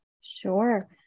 Sure